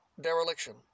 dereliction